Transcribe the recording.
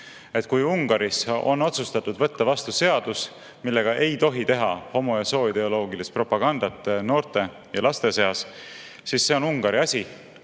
Kui Ungaris on otsustatud võtta vastu seadus, millega ei tohi teha homo‑ ja sooideoloogilist propagandat noorte ja laste seas, siis see on Ungari asi.